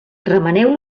remeneu